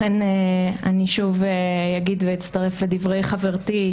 לכן אני שוב אגיד ואצטרף לדברי חברתי,